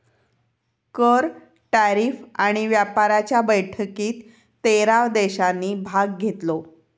कर, टॅरीफ आणि व्यापाराच्या बैठकीत तेरा देशांनी भाग घेतलो